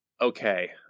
Okay